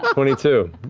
um twenty two,